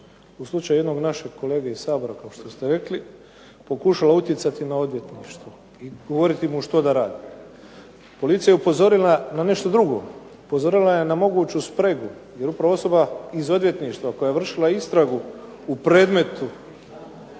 u slučaju jednog našeg kolege iz Sabora kao što ste rekli pokušala utjecati na odvjetništvo i govoriti mu što da radi. Policija je upozorila na nešto drugo, upozorila je moguću spregu jer upravo osoba iz odvjetništva koja je vršila istragu u predmetu